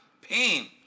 pain